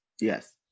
Yes